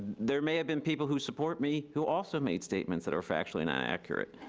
there may have been people who support me who also made statements that are factually inaccurate,